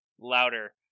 louder